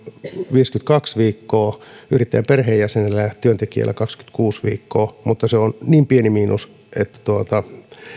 on viisikymmentäkaksi viikkoa yrittäjän perheenjäsenellä ja muulla työntekijällä kaksikymmentäkuusi viikkoa mutta se on niin pieni miinus että